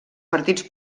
partits